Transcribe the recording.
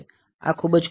આ ખૂબ જ કોમન છે